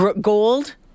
gold